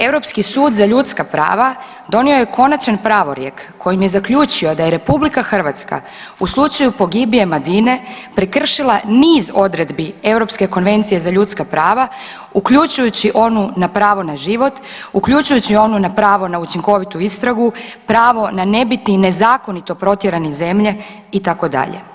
Europski sud za ljudska prava donio je konačan pravorijek kojim je zaključio da je Republika Hrvatska u slučaju pogibije Madine prekršila niz odredbi Europske konvencije za ljudska prava uključujući onu na pravo na život, uključujući onu na pravo na učinkovitu istragu, pravo na ne biti nezakonito protjeran iz zemlje itd.